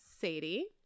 Sadie